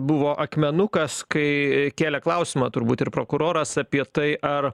buvo akmenukas kai kėlė klausimą turbūt ir prokuroras apie tai ar